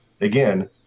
Again